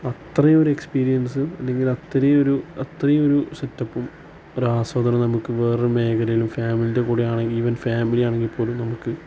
അത്രയൊരു experience അല്ലെങ്കിൽ അത്രയൊരു അത്രയൊരു സെറ്റപ്പും ഒരാസ്വാദനം നമുക്ക് വേറൊരു മേഖലയിലും ഫാമിലിൻ്റെ കൂടെയാണ് ഈവൻ ഫാമിലിയാണെങ്കിൽ പോലും നമുക്ക്